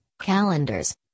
calendars